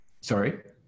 Sorry